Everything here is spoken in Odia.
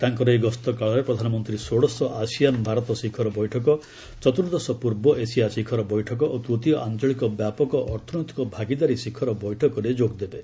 ତାଙ୍କର ଏହି ଗସ୍ତକାଳରେ ପ୍ରଧାନମନ୍ତ୍ରୀ ଷୋଡଶ ଆସିଆନ୍ ଭାରତ ଶିଖର ବୈଠକ ଚତୁର୍ଦ୍ଦଶ ପୂର୍ବ ଏସିଆ ଶିଖର ବୈଠକ ଓ ତୂତୀୟ ଆଞ୍ଚଳିକ ବ୍ୟାପକ ଅର୍ଥନୈତିକ ଭାଗିଦାରୀ ଶିଖର ବୈଠକରେ ଯୋଗଦେବେ